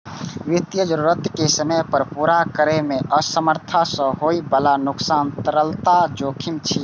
वित्तीय जरूरत कें समय पर पूरा करै मे असमर्थता सं होइ बला नुकसान तरलता जोखिम छियै